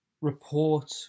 report